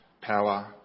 power